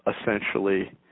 essentially –